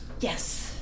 Yes